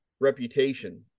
reputation